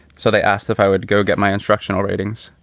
so they asked if i would go get my instructional ratings.